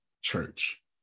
church